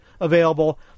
available